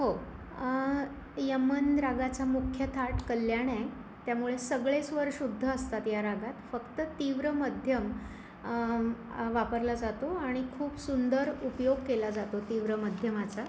हो यमन रागाचा मुख्य थाट कल्याण आहे त्यामुळे सगळेच स्वर शुद्ध असतात या रागात फक्त तीव्र मध्यम वापरला जातो आणि खूप सुंदर उपयोग केला जातो तीव्र मध्यमाचा